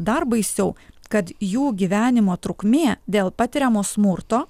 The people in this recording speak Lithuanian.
dar baisiau kad jų gyvenimo trukmė dėl patiriamo smurto